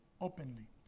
openly